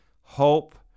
hope